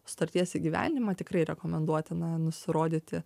sutarties įgyvendinimą tikrai rekomenduotina nusirodyti